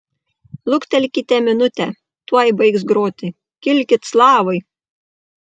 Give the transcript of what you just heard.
luktelkite minutę tuoj baigs groti kilkit slavai